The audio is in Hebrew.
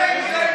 התשפ"ב 2022,